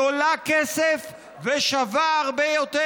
היא עולה כסף ושווה הרבה יותר,